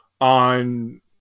on –